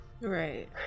Right